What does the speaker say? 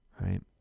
right